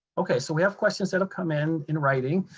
okay, so we have questions that'll come in in writing,